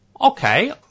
Okay